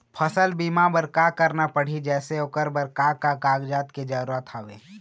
फसल बीमा बार का करना पड़ही जैसे ओकर बर का का कागजात के जरूरत हवे?